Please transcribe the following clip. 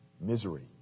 Misery